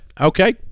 Okay